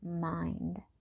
mind